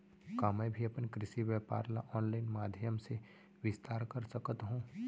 का मैं भी अपन कृषि व्यापार ल ऑनलाइन माधयम से विस्तार कर सकत हो?